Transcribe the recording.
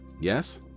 yes